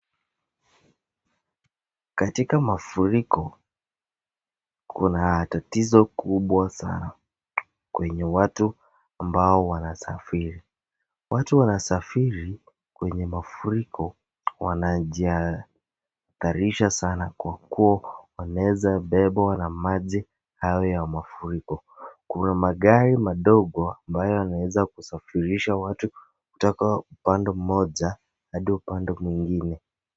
Katika mafuriko kuna tatizo kubwa sana kwenye watu ambao wanasafiri. Watu wanasafiri kwenye mafuriko wanajihatarisha sana kwa kuwa wanaweza bebwa na maji hayo ya mafuriko. Kuna magari madogo ambayo yanaweza kusafirisha watu kutoka upande mmoja hadi upande mwingine.